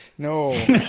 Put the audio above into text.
No